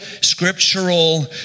scriptural